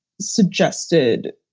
suggested.